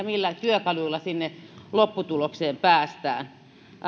millä työkaluilla sinne lopputulokseen päästään